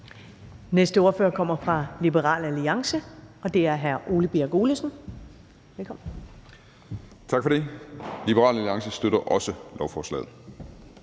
næste ordfører kommer fra Liberal Alliance, og det er hr. Ole Birk Olesen. Velkommen. Kl. 16:37 Ole Birk Olesen (LA): Tak for det. Liberal Alliance støtter også lovforslaget.